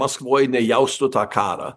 maskvoj nejaustų tą karą